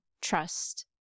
trust